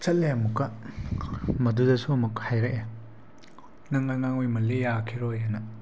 ꯆꯠꯂꯦ ꯑꯃꯨꯛꯀ ꯃꯗꯨꯗꯁꯨ ꯑꯃꯨꯛ ꯍꯥꯏꯔꯛꯑꯦ ꯅꯪ ꯑꯉꯥꯡ ꯑꯣꯏꯃꯜꯂꯤ ꯌꯥꯈꯤꯔꯣꯏ ꯍꯥꯏꯅ